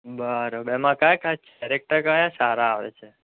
બરાબર એમાં કયા કયા કેરેક્ટર કયા સારા આવે છે